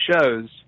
shows